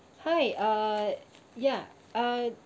hi uh ya uh